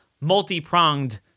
multi-pronged